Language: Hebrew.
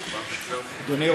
בבקשה, אדוני.